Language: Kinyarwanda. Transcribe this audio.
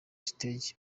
stage